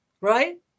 Right